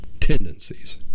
tendencies